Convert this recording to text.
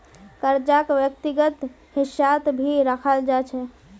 कर्जाक व्यक्तिगत हिस्सात भी रखाल जा छे